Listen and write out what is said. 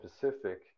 Pacific